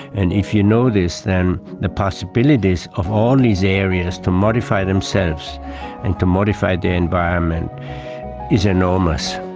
and if you know this then the possibilities of all these areas to modify themselves and to modify the environment is enormous.